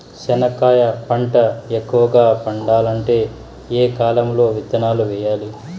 చెనక్కాయ పంట ఎక్కువగా పండాలంటే ఏ కాలము లో విత్తనాలు వేయాలి?